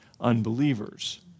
unbelievers